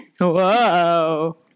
Whoa